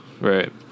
Right